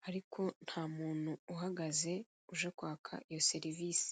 nariko nta muntu uhagaze uje kwaka iyo serivise.